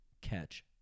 catch